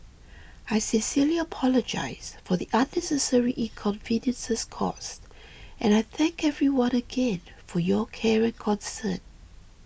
I sincerely apologise for the unnecessary inconveniences caused and I thank everyone again for your care and concern